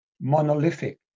monolithic